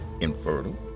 infertile